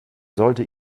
sollte